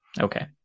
Okay